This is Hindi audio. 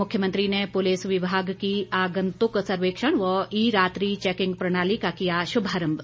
मुख्यमंत्री ने पुलिस विभाग की आंगतुक सर्वेक्षण व ई रात्रि चैकिंग प्रणाली का किया और शुभारम्भ